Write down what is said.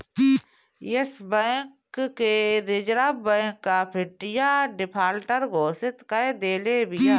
एश bank के Reserve Bank of India defaulter घोषित कअ देले बिया